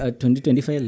2025